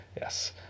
Yes